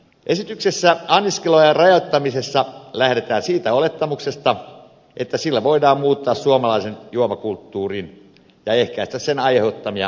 esityksessä anniskeluajan rajoittamisesta lähdetään siitä olettamuksesta että sillä voidaan muuttaa suomalainen juomakulttuuri ja ehkäistä sen aiheuttamia haittoja